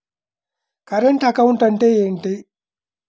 Current account అంటే ఏమిటి?